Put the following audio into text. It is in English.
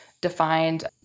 defined